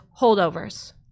Holdovers